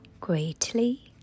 greatly